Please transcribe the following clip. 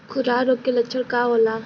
खुरहा रोग के लक्षण का होला?